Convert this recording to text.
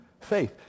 faith